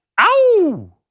Ow